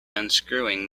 unscrewing